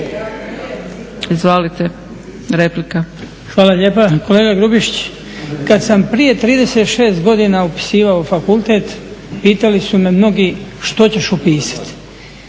Goran (HDZ)** Hvala lijepa. Kolega Grubišić, kad sam prije 36 godina upisivao fakultet pitali su mnogi što ćeš upisati?